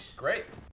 great.